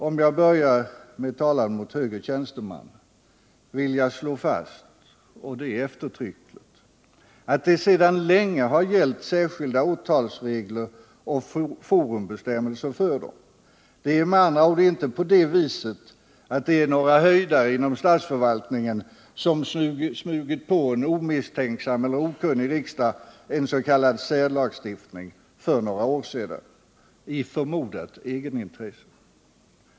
Om jag börjar med talan mot högre tjänstemän vill jag slå fast, och det eftertryckligt, att det sedan länge har gällt särskilda åtalsregler och forumbestämmelser för dem. Det är med andra ord inte på det viset att det är några höjdare inom statsförvaltningen som smugit på en omisstänksam eller okunnig riksdag en s.k. särlagstiftning för några år sedan i ett förmodat egenintresse.